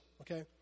Okay